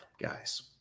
guys